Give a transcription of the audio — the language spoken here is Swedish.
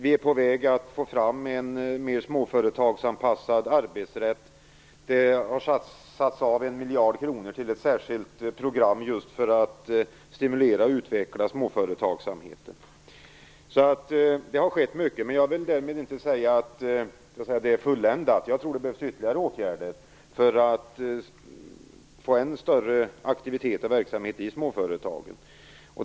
Vi är på väg att få fram en mer småföretagsanpassad arbetsrätt. Det har satts av en miljard kronor till ett särskilt program just för att stimulera och utveckla småföretagsamheten. Det har skett mycket. Jag vill därmed inte säga att det är fulländat. Jag tror att det behövs ytterligare åtgärder för att få än större aktivitet och verksamhet i småföretagen.